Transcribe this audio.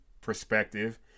perspective